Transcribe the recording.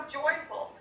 joyful